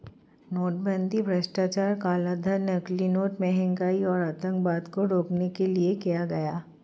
नोटबंदी भ्रष्टाचार, कालाधन, नकली नोट, महंगाई और आतंकवाद को रोकने के लिए किया गया